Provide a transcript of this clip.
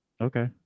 okay